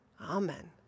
Amen